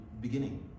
beginning